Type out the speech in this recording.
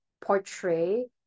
portray